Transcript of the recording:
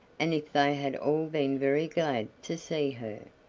and if they had all been very glad to see her.